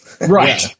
Right